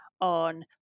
on